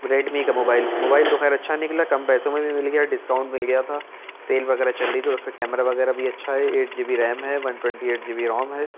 Redmi کا mobile mobile تو خیر اچھا نکلا کم پيسوں ميں بھى مل گيا ڈسکاؤنٹ مل گيا تھا سيل وغيرہ چل رہی تھی اس کا کیمرہ وغیرہ بھی اچھا ہے ایٹ جی بی ریم ہے one twenty eight G B ROM ہے